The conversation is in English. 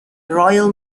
royal